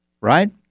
right